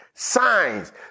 signs